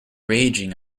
raging